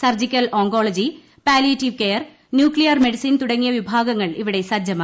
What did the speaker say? surgical oncology palliative care nuclear medicine തുടങ്ങിയ വിഭാഗങ്ങൾ ഇവിടെ സജ്ജമായി